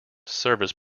service